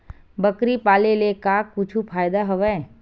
बकरी पाले ले का कुछु फ़ायदा हवय?